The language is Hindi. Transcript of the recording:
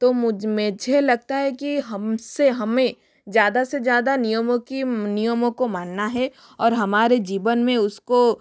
तो मुझ मुझे लगता है कि हमसे हमें ज़्यादा से ज़्यादा नियमों की नियमों को मानना है और हमारे जीवन में उसको